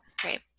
Great